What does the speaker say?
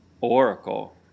oracle